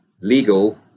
legal